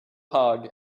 hog